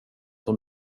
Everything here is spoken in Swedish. hon